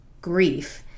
grief